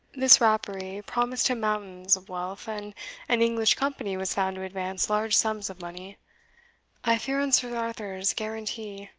this rapparee promised him mountains of wealth, and an english company was found to advance large sums of money i fear on sir arthur's guarantee.